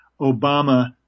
Obama